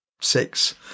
six